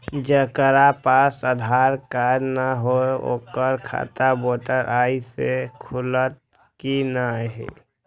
जकरा पास आधार कार्ड नहीं हेते ओकर खाता वोटर कार्ड से खुलत कि नहीं?